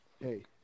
hey